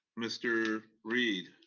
mr. reid.